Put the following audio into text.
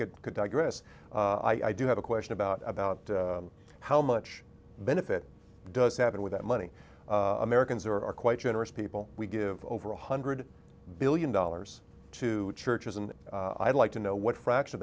could could digress i do have a question about about how much benefit does happen with that money americans are are quite generous people we give over one hundred billion dollars to churches and i'd like to know what fract